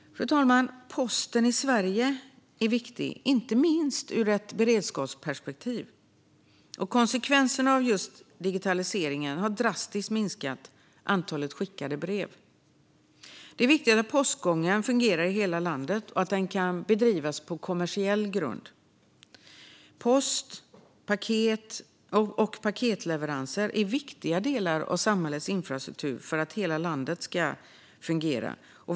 Fru talman! Posten i Sverige är viktig, inte minst ur ett beredskapsperspektiv. Konsekvenserna av just digitaliseringen har varit en drastisk minskning av antalet skickade brev. Det är viktigt att postgången fungerar i hela landet och att den kan bedrivas på kommersiell grund. Post och paketleveranser är viktiga delar av samhällets infrastruktur och behövs för att hela Sverige ska fungera.